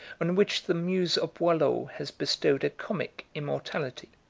on which the muse of boileau has bestowed a comic immortality.